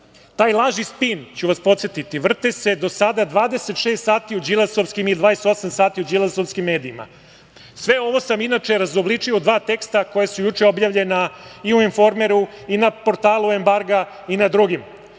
lažni spin, podsetiću vas, vrti se do sada 26 sati u đilasovskim i 28 sati u đilasovskim medijima. Sve ovo sam, inače, razobličio u dva teksta koja su juče objavljena i u „Informeru“ i na portalu „Embarga“ i na